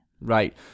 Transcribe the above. Right